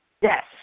yes